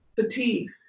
fatigue